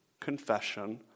confession